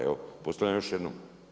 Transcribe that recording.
Evo postavljam još jednom.